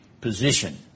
position